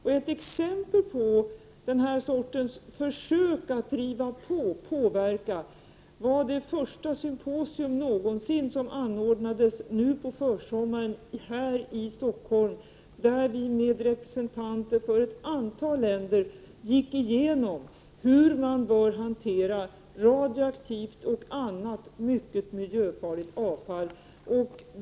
Det symposium som anordnades för första gången någonsin på försommaren i Stockholm är ett exempel på försök att driva på och påverka. Vi gick igenom tillsammans med representanter för ett antal länder hur man bör hantera radioaktivt och annat mycket miljöfarligt avfall.